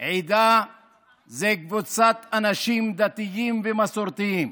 עדה זו קבוצת אנשים דתיים ומסורתיים,